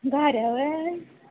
घाऱ्या हो